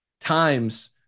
times